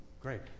Great